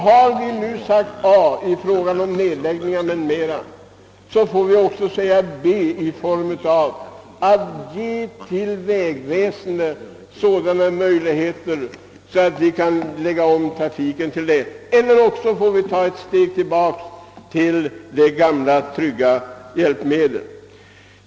Har vi nu sagt A i fråga om nedläggningar m.m., får vi också säga B genom att ge vägväsendet sådana möjligheter att vi kan lägga om trafiken på landsvägarna — eller också får vi ta ett steg tillbaka till de gamla trygga hjälpmedlen.